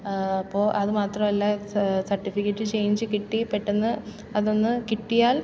അപ്പോൾ അത് മാത്രമല്ല സർട്ടിഫിക്കറ്റ് ചേഞ്ച് കിട്ടി പെട്ടെന്ന് അതൊന്ന് കിട്ടിയാൽ